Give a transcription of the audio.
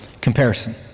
comparison